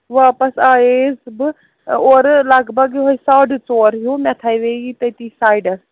واپَس آیے یَس بہٕ اورٕ لگ بَگ یِہوٚے ساڑٕ ژور ہیوٗ مےٚ تھاوے یہِ تٔتی سایڈَس